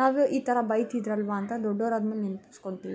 ನಾವು ಈ ಥರ ಬೈತಿದ್ರಲ್ವಾ ಅಂತ ದೊಡ್ಡವ್ರಾದ್ಮೇಲೆ ನೆನ್ಪಿಸ್ಕೊಳ್ತೀವಿ